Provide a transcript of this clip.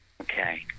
Okay